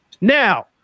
Now